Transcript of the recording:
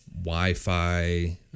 Wi-Fi